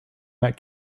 met